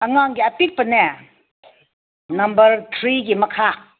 ꯑꯉꯥꯡꯒꯤ ꯑꯄꯤꯛꯄꯅꯦ ꯅꯝꯕꯔ ꯊ꯭ꯔꯤꯒꯤ ꯃꯈꯥ